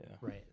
right